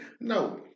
No